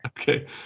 Okay